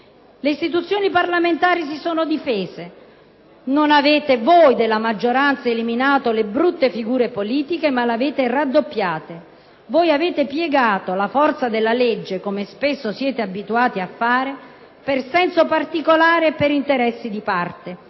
Le istituzioni parlamentari si sono difese. Non avete - voi della maggioranza - eliminato le brutte figure politiche, ma le avete raddoppiate. Voi avete piegato la forza della legge, come spesso siete abituati a fare, per senso particolare e per interessi di parte.